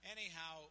Anyhow